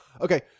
okay